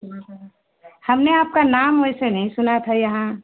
अच्छा हमने आपका नाम वैसे नहीं सुना था यहाँ